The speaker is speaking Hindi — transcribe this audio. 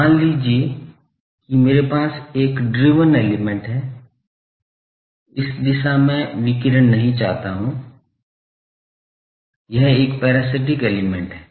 मान लीजिए कि मेरे पास यह एक ड्रिवन एलिमेंट है इस दिशा मैं विकिरण नहीं चाहता हूँ यह एक पैरासिटिक एलिमेंट है